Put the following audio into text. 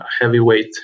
heavyweight